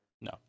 no